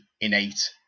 innate